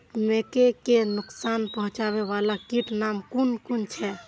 मके के नुकसान पहुँचावे वाला कीटक नाम कुन कुन छै?